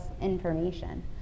information